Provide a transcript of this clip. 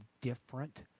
different